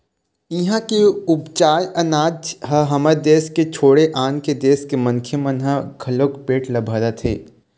इहां के उपजाए अनाज ह हमर देस के छोड़े आन देस के मनखे मन के घलोक पेट ल भरत हे